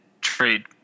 trade